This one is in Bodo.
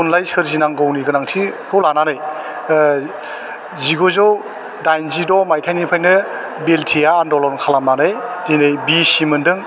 थुनलाइ सोरजिनांगौनि गोनांथिखौ लानानै जिगुजौ दाइनजिद' माइथायनिफ्रायनो बिएलटिया आनदलन खालामनानै दिनै बिएसि मोनदों